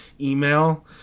email